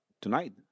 tonight